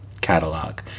catalog